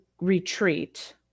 retreat